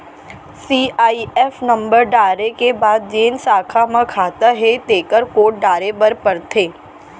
CIF number डारे के बाद जेन साखा म खाता हे तेकर कोड डारे बर परथे